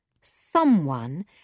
Someone